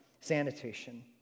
sanitation